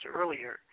earlier